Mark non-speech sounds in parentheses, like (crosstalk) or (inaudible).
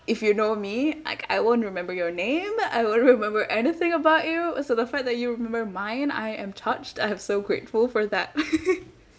if you know me like I won't remember your name I won't remember anything about you except the fact that you remember mine I am touched I am so grateful for that (laughs)